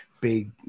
big